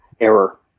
error